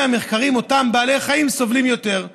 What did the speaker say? המחקרים אותם בעלי חיים סובלים יותר?